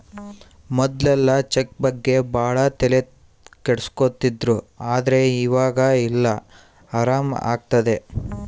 ಮೊದ್ಲೆಲ್ಲ ಚೆಕ್ ಬಗ್ಗೆ ಭಾಳ ತಲೆ ಕೆಡ್ಸ್ಕೊತಿದ್ರು ಆದ್ರೆ ಈವಾಗ ಎಲ್ಲ ಆರಾಮ್ ಆಗ್ತದೆ